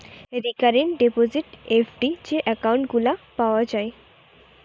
recurring deposit, FD যে account গুলা পাওয়া যায়